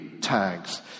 tags